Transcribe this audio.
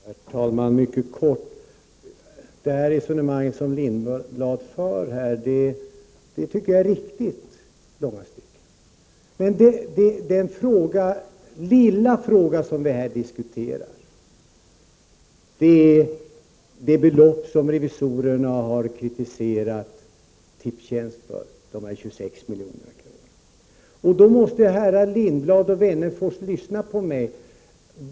Herr talman! Jag skall fatta mig mycket kort. Det resonemang som Hans Lindblad för tycker jag är riktigt i långa stycken. Men den lilla fråga som vi diskuterar är det belopp som revisorerna har kritiserat Tipstjänst för, 26 milj.kr. Herrar Lindblad och Wennerfors måste nu lyssna på mig.